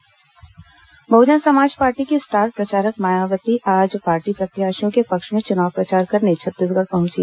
बसपा चुनाव प्रचार बहुजन समाज पार्टी की स्टार प्रचारक मायावती आज पार्टी प्रत्याशियों के पक्ष में चुनाव प्रचार करने छत्तीसगढ़ पहंची